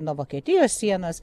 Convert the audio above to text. nuo vokietijos sienos